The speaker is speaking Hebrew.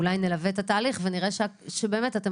ואולי נלווה את התהליך ונראה שבאמת אתם